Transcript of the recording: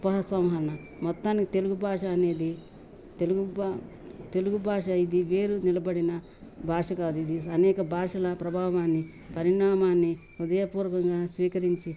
ఉపాసంవహన మొత్తాన్ని తెలుగు భాష అనేది తెలుగు భ తెలుగు భాష ఇది వేరు నిలబడిన భాష కాదు ఇది అనేక భాషల ప్రభావాన్ని పరిణామాన్ని హృదయపూర్వకంగా స్వీకరించి